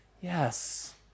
yes